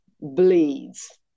bleeds